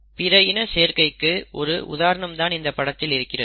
பிற இன சேர்க்கைக்கு ஒரு உதாரணம் தான் இந்த படத்தில் இருக்கிறது